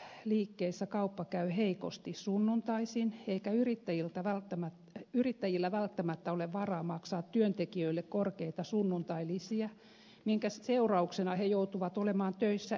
tällaisissa liikkeissä kauppa käy heikosti sunnuntaisin eikä yrittäjillä välttämättä ole varaa maksaa työntekijöille korkeita sunnuntailisiä minkä seurauksena he joutuvat olemaan töissä itse